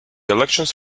elections